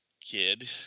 kid